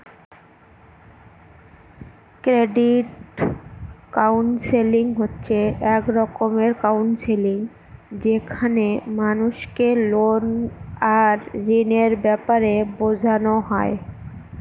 credit counselling হচ্ছে এক রকমের কাউন্সেলিং যেখানে মানুষকে লোন আর ঋণের ব্যাপারে বোঝানো হয়